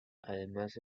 además